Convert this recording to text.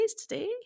today